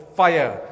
fire